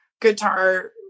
guitar